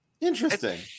Interesting